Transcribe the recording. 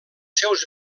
seus